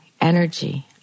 energy